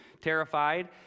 terrified